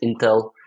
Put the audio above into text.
intel